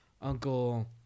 Uncle